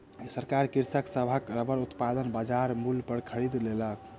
सरकार कृषक सभक रबड़ उत्पादन बजार मूल्य पर खरीद लेलक